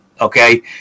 okay